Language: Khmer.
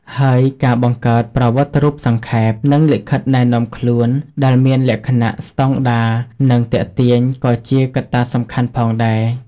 ហើយការបង្កើតប្រវត្តិរូបសង្ខេប និងលិខិតណែនាំខ្លួន ដែលមានលក្ខណៈស្តង់ដារ និងទាក់ទាញ ក៏ជាកត្តាសំខាន់ផងដែរ។